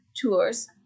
Tours